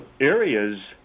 areas